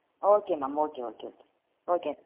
okay ma'am okay okay okay okay